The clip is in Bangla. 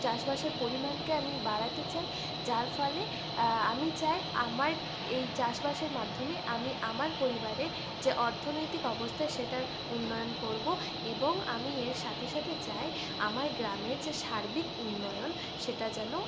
চাষ বাসের পরিমাণকে আমি বাড়াতে চাই যার ফলে আমি চাই আমার এই চাষবাসের মাধ্যমে আমি আমার পরিবারে যে অর্থনৈতিক অবস্থা সেটার উন্নয়ন করবো এবং আমি এর সাথে সাথে চাই আমার গ্রামের যে সার্বিক উন্নয়ন সেটা যেন